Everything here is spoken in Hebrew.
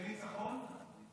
זה ניצחון?